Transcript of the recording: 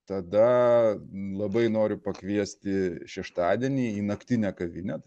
tada labai noriu pakviesti šeštadienį į naktinę kavinę